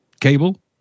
cable